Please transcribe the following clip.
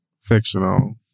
fictional